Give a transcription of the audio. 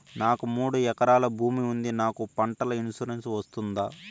నాకు మూడు ఎకరాలు భూమి ఉంది నాకు పంటల ఇన్సూరెన్సు వస్తుందా?